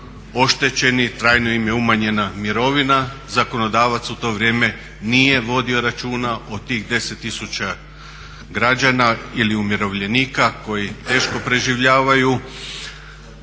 oštećeni, trajno im je umanjena mirovina. Zakonodavac u to vrijeme nije vodio računa o tih 10 000 građana ili umirovljenika koji teško preživljavaju